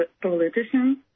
politicians